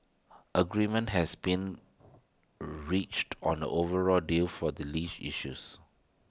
agreement has been reached on the overall deal for the Irish issues